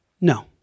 No